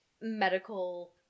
medical